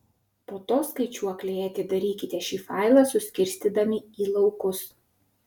po to skaičiuoklėje atidarykite šį failą suskirstydami į laukus